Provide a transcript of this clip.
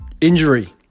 injury